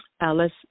Alice